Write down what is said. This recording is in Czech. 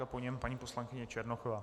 Po něm paní poslankyně Černochová.